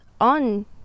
on